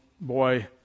boy